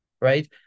right